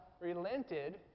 relented